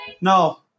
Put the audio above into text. No